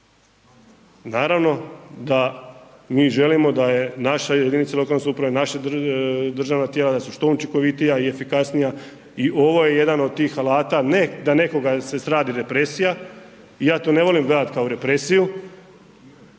Naravno, da mi želimo da je naša jedinica lokalne samouprave, naša državna tijela da su što učinkovitija i efikasnija i ovo je jedan od tih alata, ne da nekoga se radi represija, ja to ne volim gledat kao represiju,